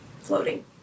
Floating